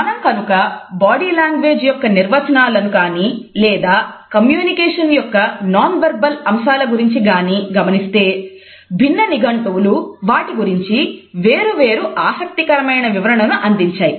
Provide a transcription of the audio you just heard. మనం కనుక body language యొక్క నిర్వచనాలను కానీ లేదా కమ్యూనికేషన్ యొక్క నాన్ వెర్బల్ అంశాల గురించి కానీ గమనిస్తే భిన్న నిఘంటువులు వాటి గురించి వేరు వేరు ఆసక్తికరమైన వివరణను అందించాయి